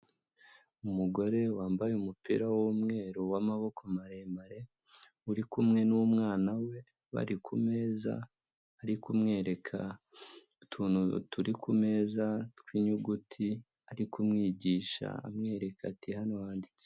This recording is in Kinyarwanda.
Umugore wambaye umupira w'umweru w'amaboko maremare uri kumwe n'umwana we bari kumeza, ari kumwereka utuntu turi kumeza tw'inyuguti ari kumwigisha amwereka ati: "hano wanditse...".